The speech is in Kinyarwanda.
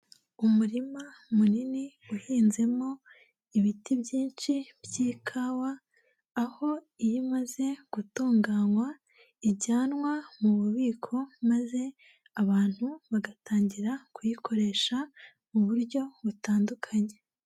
Umurima munini uhinzemo ibiti byinshi by'ikawa, aho iyo imaze gutunganywa ijyanwa mu bubiko maze abantu bagatangira kuyikoresha mu buryo butandukanye.